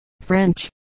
French